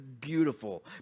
beautiful